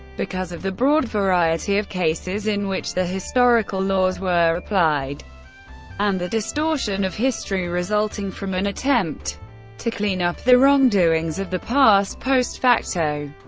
because of the broad variety of cases in which the historical laws were applied and the distortion of history resulting from an attempt to clean up the wrongdoings of the past post facto.